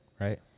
Right